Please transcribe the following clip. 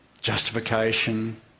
justification